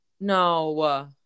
no